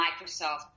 Microsoft